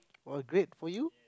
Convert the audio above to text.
well great for you